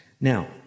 Now